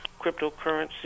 cryptocurrency